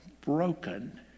Broken